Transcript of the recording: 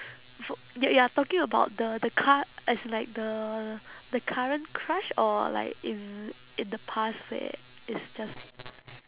for you're you're talking about the the cur~ as in like the the current crush or like in in the past where it's just